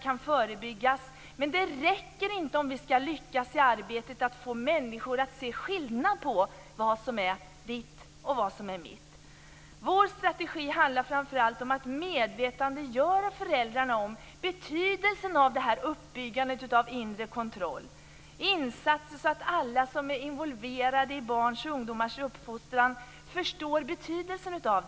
kan förebyggas. Men det räcker inte om vi skall lyckas i arbetet med att få människor att se skillnad mellan vad som är ditt och mitt. Vår strategi handlar framför allt om att man skall medvetandegöra föräldrarna om betydelsen av uppbyggandet av inre kontroll. Det handlar om insatser så att alla som är involverade i barns och ungdomars uppfostran förstår betydelsen av det här.